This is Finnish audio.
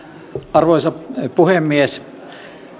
arvoisa puhemies